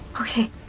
okay